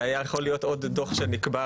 זה היה יכול להיות עוד דוח שנקבר